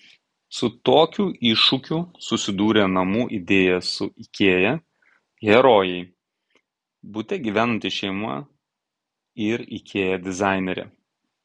su tokiu iššūkiu susidūrė namų idėja su ikea herojai bute gyvenanti šeima ir ikea dizainerė